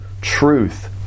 truth